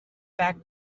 back